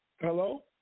Hello